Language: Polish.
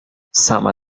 sama